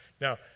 Now